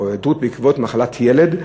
או היעדרות עקב מחלת ילד,